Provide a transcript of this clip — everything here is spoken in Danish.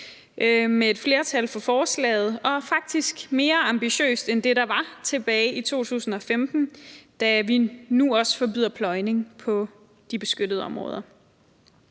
med et flertal for forslaget, og det er faktisk mere ambitiøst end det, der var tilbage i 2015, da vi nu også forbyder pløjning på de beskyttede områder.